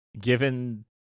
given